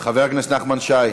חבר הכנסת נחמן שי,